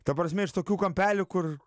ta prasme iš tokių kampelių kur